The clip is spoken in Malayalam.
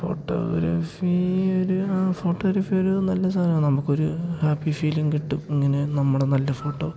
ഫോട്ടോഗ്രഫി ഒരു ആ ഫോട്ടോഗ്രഫി ഒരു നല്ല സാധനമാണ് നമുക്കൊരു ഹാപ്പി ഫീലിംഗ് കിട്ടും ഇങ്ങനെ നമ്മുടെ നല്ല ഫോട്ടോ